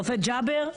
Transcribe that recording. רופא ג'אבר,